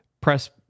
press